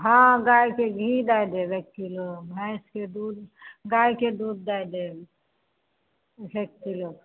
हँ गायके घी दए देब एक किलो भैँसके दूध गायके दूध दए देब एक किलो